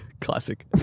Classic